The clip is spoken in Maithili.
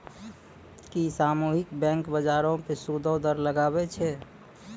कि सामुहिक बैंक, बजारो पे सूदो दर लगाबै छै?